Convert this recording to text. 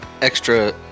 Extra